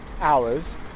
hours